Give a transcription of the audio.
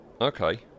Okay